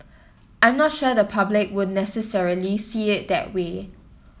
I'm not sure the public would necessarily see it that way